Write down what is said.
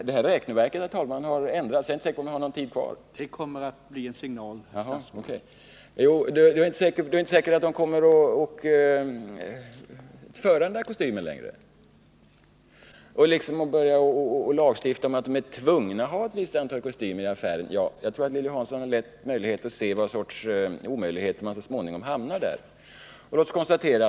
Jagtror att Lilly Hansson snart skulle upptäcka hur omöjligt resonemanget blir, om man tänker sig att lagstifta om att affärerna skulle vara tvungna att t.ex. föra ett visst antal svensktillverkade kostymer. KF för ju också textilvaror.